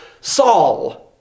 Saul